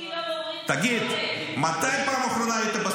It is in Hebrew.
שלומדים תורה.